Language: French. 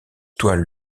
toiles